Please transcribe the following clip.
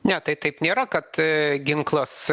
ne tai taip nėra kad ginklas